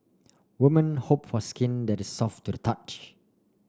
woman hope for skin that is soft to the touch